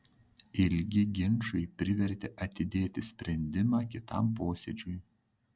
ilgi ginčai privertė atidėti sprendimą kitam posėdžiui